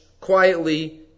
quietly